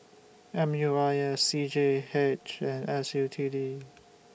M U I S C G H and S U T D